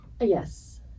Yes